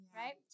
right